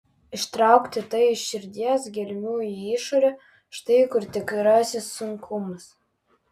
ištraukti tai iš širdies gelmių į išorę štai kur tikrasis sunkumas